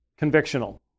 convictional